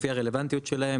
לפי הרלוונטיות שלהם.